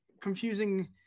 confusing